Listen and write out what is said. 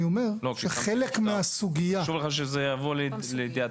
אני אומר שחלק מהסוגיה -- חשוב לך שזה יבוא לידיעתנו,